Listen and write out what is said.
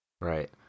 right